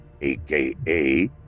aka